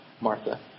Martha